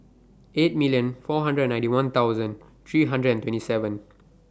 eight million four hundred and ninety one thousand three hundred and twenty seven